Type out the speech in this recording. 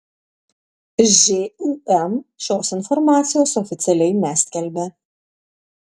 žūm šios informacijos oficialiai neskelbia